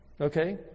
Okay